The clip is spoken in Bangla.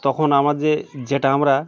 তখন আমার যে যেটা আমরা